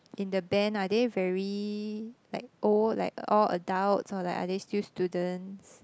in the band are they very like old like all adults or like are they still students